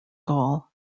gaul